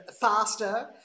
faster